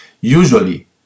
usually